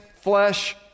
flesh